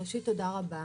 תודה רבה.